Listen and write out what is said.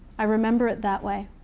i remember it that way.